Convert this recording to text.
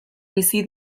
bizi